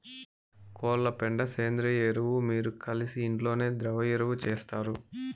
కోళ్ల పెండ సేంద్రియ ఎరువు మీరు కలిసి ఇంట్లోనే ద్రవ ఎరువు చేస్తారు